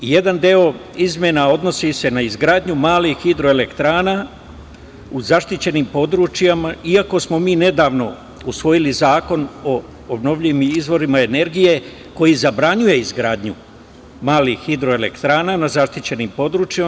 Jedan deo izmena odnosi se na izgradnju malih hidroelektrana u zaštićenim područjima, iako smo mi nedavno usvojili Zakon o obnovljivim izvorima energije, koji zabranjuje izgradnju malih hidroelektrana na zaštićenim područjima.